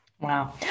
wow